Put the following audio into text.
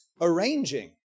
arranging